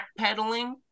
backpedaling